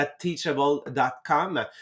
Teachable.com